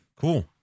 Cool